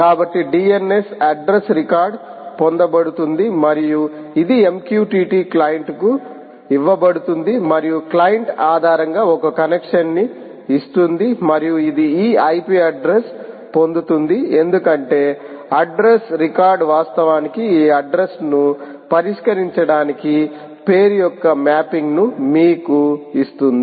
కాబట్టి DNS address record పొందబడుతుంది మరియు ఇది MQTT క్లయింట్కు ఇవ్వబడుతుంది మరియు క్లయింట్ ఆధారంగా ఒక కనెక్షన్ని ఇస్తుంది మరియు ఇది ఈ IP అడ్రస్ను పొందుతుంది ఎందుకంటే అడ్రస్ రికార్డ్ వాస్తవానికి ఆ అడ్రస్ను పరిష్కరించడానికి పేరు యొక్క మ్యాపింగ్ను మీకు ఇస్తుంది